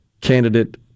candidate